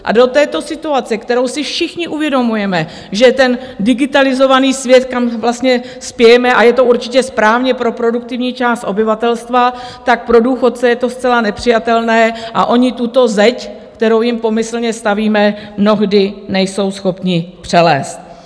A do této situace, kterou si všichni uvědomujeme, že ten digitalizovaný svět, kam vlastně spějeme, a je to určitě správně pro produktivní část obyvatelstva, pro důchodce je to zcela nepřijatelné a oni tuto zeď, kterou jim pomyslně stavíme, mnohdy nejsou schopni přelézt.